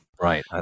Right